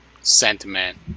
sentiment